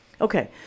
Okay